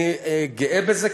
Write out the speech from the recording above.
אני גאה בזה,